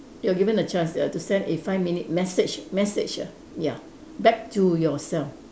you are given the chance ya to a five minute message message ah ya back to yourself